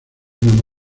una